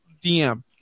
DM